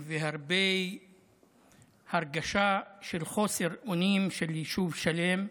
והרבה הרגשה של חוסר אונים של יישוב שלם,